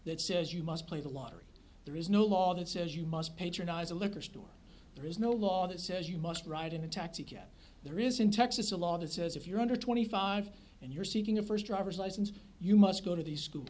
that says you must play the lottery there is no law that says you must patronize a liquor store there is no law that says you must ride in a taxicab there is in texas a law that says if you're under twenty five and you're seeking a first driver's license you must go to these schools